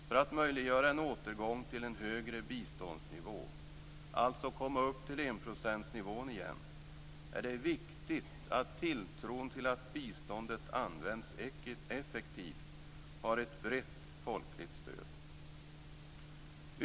För att möjliggöra en återgång till en högre biståndsnivå - att alltså komma upp till enprocentsnivån igen - är det viktigt att tilltron till att biståndet används effektivt har ett brett folkligt stöd.